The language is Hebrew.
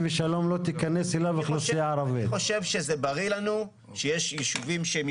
אני חושב שזה בריא לנו שיש ישובים שהם